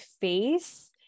face